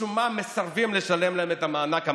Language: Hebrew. משום מה מסרבים לשלם להם את המענק המלא.